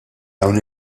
dawn